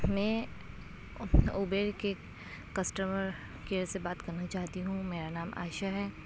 میں ابیر کے کسٹمر کیئر سے بات کرنا چاہتی ہوں میرا نام عائشہ ہے